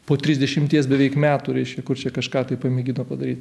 po trisdešimties beveik metų reiškia kur čia kažką tai pamėgino padaryt